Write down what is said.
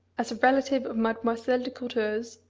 as a relative of mademoiselle de courteheuse,